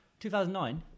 2009